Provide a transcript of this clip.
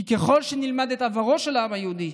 כי ככל שנלמד את עברו של העם היהודי,